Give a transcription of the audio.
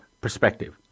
perspective